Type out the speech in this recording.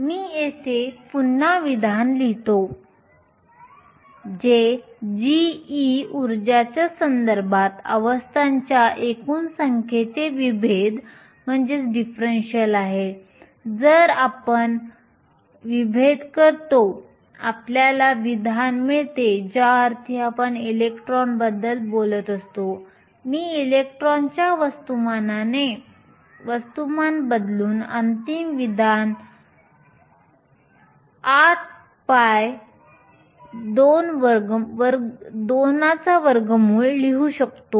मी येथे पुन्हा विधान लिहितो जे g ऊर्जाच्या संदर्भात अवस्थांच्या एकूण संख्येचे विभेद डिफरंशिअल आहे जर आपण विभेद करतो आपल्याला विधान मिळते ज्याअर्थी आपण इलेक्ट्रॉन बद्दल बोलत असतो मी इलेक्ट्रॉनच्या वस्तुमानाने वस्तुमान बदलून अंतिम विधान 8π√2 लिहू शकतो